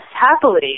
happily